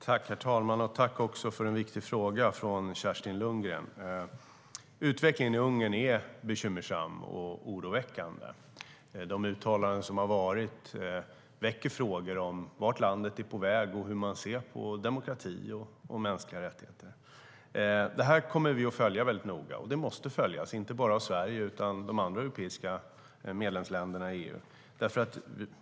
Herr talman! Jag tackar för en viktig fråga från Kerstin Lundgren. Utvecklingen i Ungern är bekymmersam och oroväckande. De uttalanden som har gjorts väcker frågor om vart landet är på väg och hur man ser på demokrati och mänskliga rättigheter. Detta kommer vi att följa mycket noga. Det måste följas, inte bara av Sverige utan också av de andra medlemsländerna i EU.